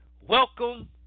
welcome